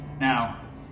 Now